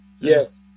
yes